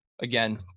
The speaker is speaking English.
Again